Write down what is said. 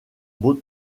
beau